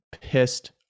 pissed